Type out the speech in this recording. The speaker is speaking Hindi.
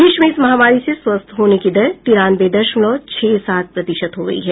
देश में इस महामारी से स्वस्थ होने की दर तिरानवे दशमलव छह सात प्रतिशत हो गई है